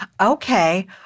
okay